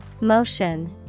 Motion